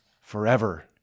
Forever